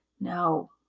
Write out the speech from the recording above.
No